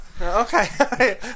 Okay